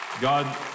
God